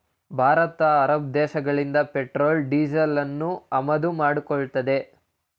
Bharat Arab ದೇಶಗಳಿಂದ petrol ಡೀಸೆಲನ್ನು ಆಮದು ಮಾಡಿಕೊಳ್ಳುತ್ತದೆ